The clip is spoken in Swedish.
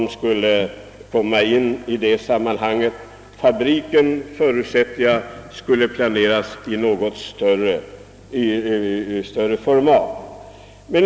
Själva fabriken förutsätter jag skulle planeras i något större format.